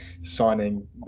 signing